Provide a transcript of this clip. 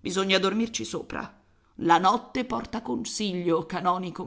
bisogna dormirci sopra la notte porta consiglio canonico